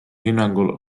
hinnangul